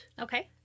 okay